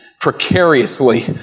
precariously